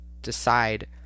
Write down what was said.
decide